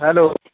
hello